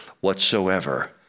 whatsoever